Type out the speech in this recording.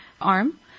arm